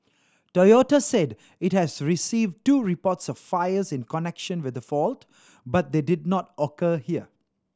Toyota said it has received two reports of fires in connection with the fault but they did not occur here